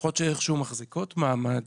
משפחות שאיכשהו מחזיקות מעמד,